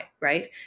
right